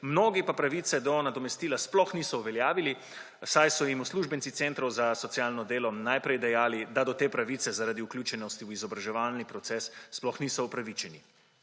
mnogi pa pravice do nadomestila sploh niso uveljavljali, saj so jim uslužbenci centrov za socialno delo najprej dejali, da do te pravice zaradi vključenosti v izobraževalni proces sploh niso upravičeni.